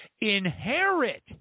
inherit